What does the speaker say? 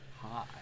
hi